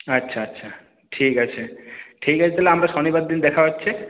আচ্ছা আচ্ছা ঠিক আছে ঠিক আছে তাহলে আমরা শনিবার দিন দেখা হচ্ছে